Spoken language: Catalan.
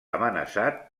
amenaçat